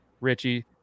Richie